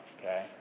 okay